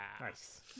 Nice